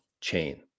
chain